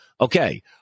Okay